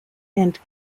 and